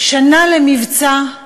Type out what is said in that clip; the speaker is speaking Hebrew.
שנה למבצע,